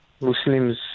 Muslims